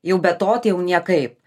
jau be to tai jau niekaip